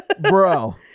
Bro